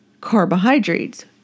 carbohydrates